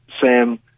Sam